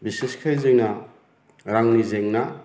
बिसेसके जोंना रांनि जेंना